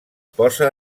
posa